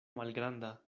malgranda